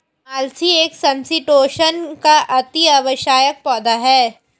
अलसी एक समशीतोष्ण का अति आवश्यक पौधा है